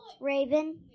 Raven